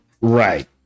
Right